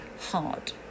hard